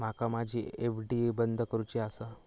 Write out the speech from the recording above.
माका माझी एफ.डी बंद करुची आसा